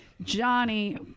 Johnny